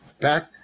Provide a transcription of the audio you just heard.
back